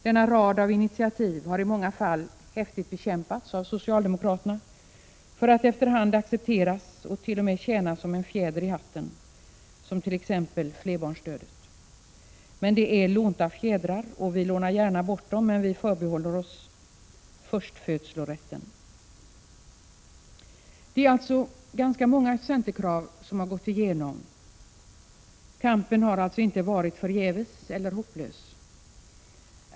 Denna rad avinitiativ har i många fall häftigt bekämpats av socialdemokraterna för att efter hand accepteras och t.o.m. tjäna som en fjäder i hatten, som t.ex. när det gäller flerbarnsstödet. Men det är lånta fjädrar. Vi lånar gärna bort dem, men vi förbehåller oss förstfödslorätten. Det är alltså ganska många centerkrav som har gått igenom. Kampen har inte varit förgäves eller hopplös.